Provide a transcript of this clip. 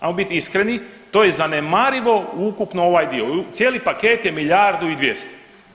Ajmo bit iskreni, to je zanemarivo u ukupno ovaj dio, cijeli paket je milijardu i 200.